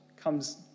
comes